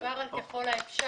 מדובר על ככל האפשר,